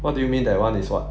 what do you mean that [one] is what